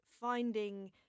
finding